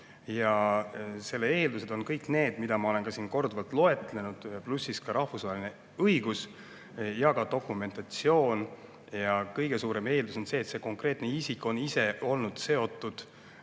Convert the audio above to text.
Selle eeldused on kõik need, mida ma olen siin korduvalt loetlenud, pluss ka rahvusvaheline õigus ja ka dokumentatsioon. Ja kõige suurem eeldus on see, et see konkreetne isik on ise olnud seotud